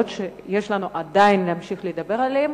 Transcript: שיש לנו עדיין להמשיך ולדבר עליהן.